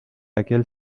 aquel